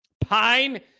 Pine